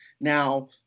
Now